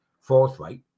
forthright